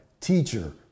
teacher